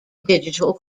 digital